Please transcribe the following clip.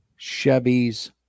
Chevys